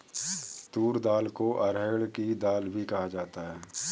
तूर दाल को अरहड़ की दाल भी कहा जाता है